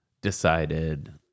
decided